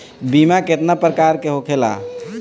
बीमा केतना प्रकार के होखे ला?